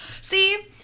See